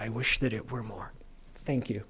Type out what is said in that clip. i wish that it were more thank you